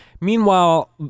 meanwhile